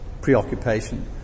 preoccupation